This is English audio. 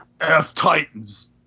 F-Titans